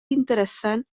interessant